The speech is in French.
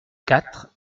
quatre